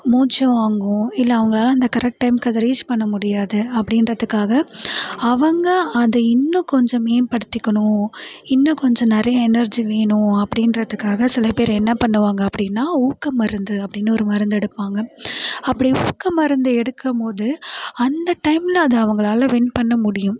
மூச்சு வாங்கும் இல்லை அவங்களால அந்த கரெக்ட் டைமுக்கு அதை ரீச் பண்ண முடியாது அப்படின்றத்துக்காக அவங்க அதை இன்னும் கொஞ்சம் மேம்படுத்திக்கணும் இன்னும் கொஞ்சம் நிறைய எனர்ஜி வேணும் அப்படின்றத்துக்காக சில பேர் என்ன பண்ணுவாங்க அப்படின்னா ஊக்க மருந்து அப்படினு ஒரு மருந்து எடுப்பாங்க அப்படி ஊக்க மருந்து எடுக்கும் போது அந்த டைமில் அது அவங்களால் வின் பண்ண முடியும்